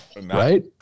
right